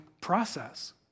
process